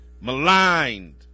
maligned